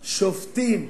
שופטים,